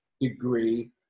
degree